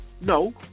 No